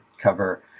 cover